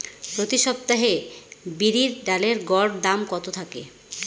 প্রতি সপ্তাহে বিরির ডালের গড় দাম কত থাকে?